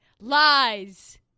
Lies